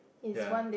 ya